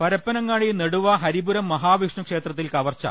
പരപ്പനങ്ങാടി നെടുവ ഹരിപുരം മാഹാവിഷ്ണു ക്ഷേത്രത്തിൽ കവർച്ചു